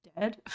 dead